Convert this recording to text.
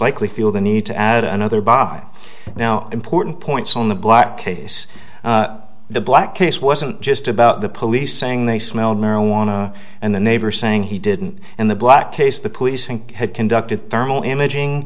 likely feel the need to add another by now important points on the black case the black case wasn't just about the police saying they smelled marijuana and the neighbor saying he didn't in the black case the police think had conducted thermal imaging